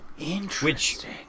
Interesting